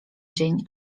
dzień